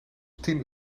tien